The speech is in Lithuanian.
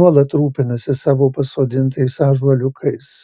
nuolat rūpinasi savo pasodintais ąžuoliukais